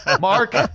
Mark